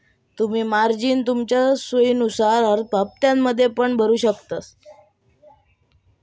तुम्ही मार्जिन तुमच्या सोयीनुसार हप्त्त्यांमध्ये पण भरु शकतास